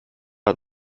hat